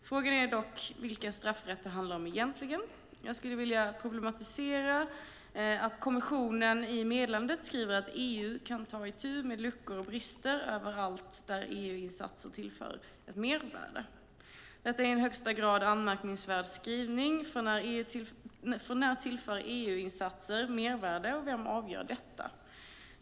Frågan är dock vilken straffrätt det handlar om egentligen Jag vill problematisera att kommissionen i meddelandet skriver att EU kan ta itu med luckor och brister överallt där EU-insatser tillför ett mervärde. Detta är en i högsta grad anmärkningsvärd skrivning, för när tillför EU-insatser mervärde, och vem avgör detta?